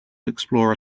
explore